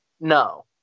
No